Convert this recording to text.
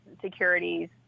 securities